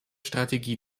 strategie